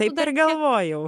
tai ir galvojau